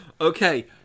Okay